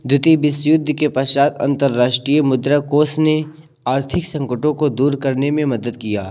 द्वितीय विश्वयुद्ध के पश्चात अंतर्राष्ट्रीय मुद्रा कोष ने आर्थिक संकटों को दूर करने में मदद किया